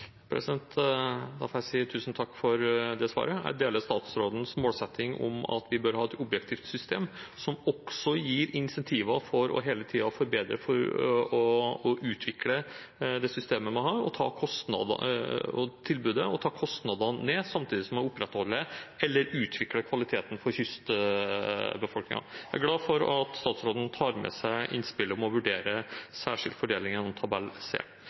Da får jeg si tusen takk for svaret. Jeg deler statsrådens målsetting om at vi bør ha et objektivt system som også gir incentiver til hele tiden å forbedre og utvikle tilbudet man har, og til å ta kostnadene ned samtidig som man opprettholder eller utvikler kvaliteten for kystbefolkningen. Jeg er glad for at statsråden tar med seg innspillet om å vurdere en særskilt fordeling gjennom tabell C.